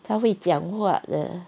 他会讲话的